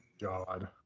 God